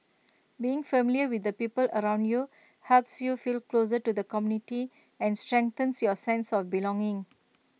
being familiar with the people around you helps you feel closer to the community and strengthens your sense of belonging